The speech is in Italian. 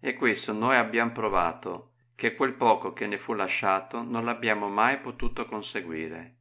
e questo noi abbiain provato che quel poco che ne fu lasciato non l abbiamo mai potuto conseguire